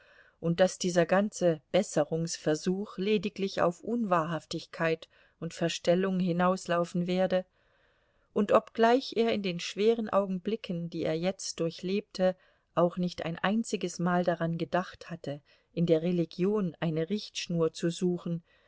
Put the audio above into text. und daß dieser ganze besserungsversuch lediglich auf unwahrhaftigkeit und verstellung hinauslaufen werde und obgleich er in den schweren augenblicken die er jetzt durchlebte auch nicht ein einziges mal daran gedacht hatte in der religion eine richtschnur zu suchen